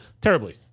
terribly